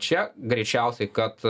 čia greičiausiai kad